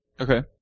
okay